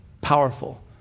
powerful